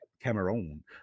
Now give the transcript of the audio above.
Cameron